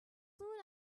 soon